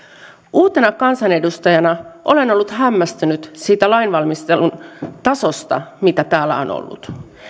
uutena kansanedustajana olen ollut hämmästynyt siitä lainvalmistelun tasosta mitä täällä on ollut